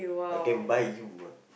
I can buy you a